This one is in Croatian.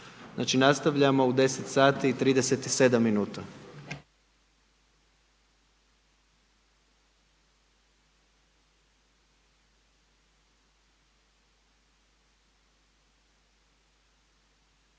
Znači nastavljamo u 10 sati i 37 minuta.